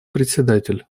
председатель